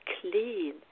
clean